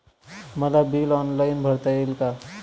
मला bill online भरता येईल का?